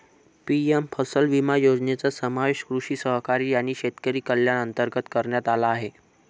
PM फसल विमा योजनेचा समावेश कृषी सहकारी आणि शेतकरी कल्याण अंतर्गत करण्यात आला आहे